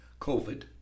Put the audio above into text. COVID